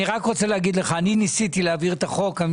אני רוצה להגיד לך, אני ניסיתי להעביר את החוק.